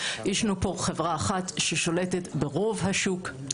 יש לנו חברה אחת ששולטת ברוב השוק.